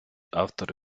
автор